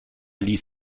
ließ